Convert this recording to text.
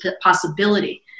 possibility